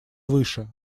выше